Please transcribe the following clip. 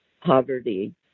poverty